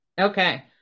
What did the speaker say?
Okay